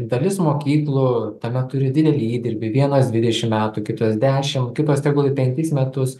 dalis mokyklų tame turi didelį įdirbį vienos dvidešimt metų kitos dešimt kitos tegul ir penkis metus